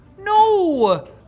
No